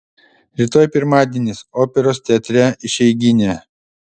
rytoj pirmadienis operos teatre išeiginė